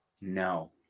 No